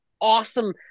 awesome